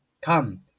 come